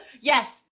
Yes